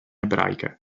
ebraiche